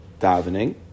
davening